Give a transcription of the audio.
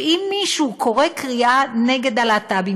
שאם מישהו קורא קריאה נגד הלהט"בים,